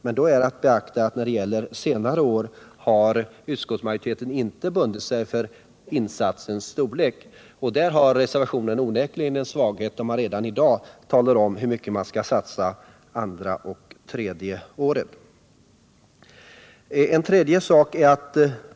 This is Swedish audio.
Men då är att beakta att utskottsmajoriteten inte har bundit sig för insatsens storlek under kommande år. Det är onekligen en svaghet hos reservationen att man redan i dag låser fast hur mycket man skall satsa andra och tredje året.